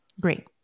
Great